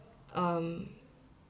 um